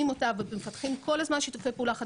אותה ומפתחים כל הזמן שיתופי פעולה חדשים,